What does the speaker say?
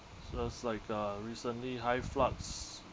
just like uh recently hyflux